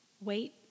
wait